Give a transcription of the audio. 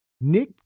Nick